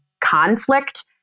conflict